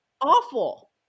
awful